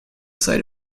sight